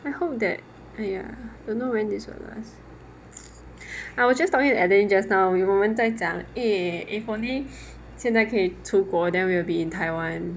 I hope that !aiya! don't know when this will last I was just talking to adeline just now we 我们在讲 eh if only 现在可以出国 then we will be in taiwan